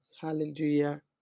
Hallelujah